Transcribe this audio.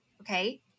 okay